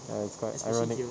ya it's quite ironic